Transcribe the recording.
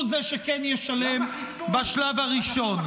הוא זה שכן ישלם בשלב הראשון.